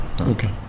Okay